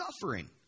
suffering